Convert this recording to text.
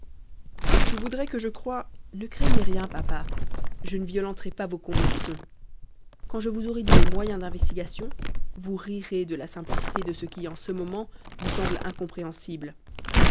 et tu voudrais que je croie ne craignez rien papa je ne violenterai pas vos convictions quand je vous aurai dit mes moyens d'investigation vous rirez de la simplicité de ce qui en ce moment vous semble incompréhensible